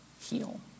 heal